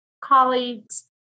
colleagues